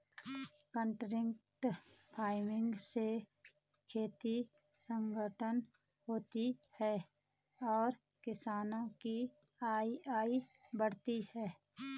contract farming से खेती संगठित होती है और किसानों की आय बढ़ती है